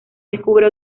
descubre